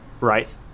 right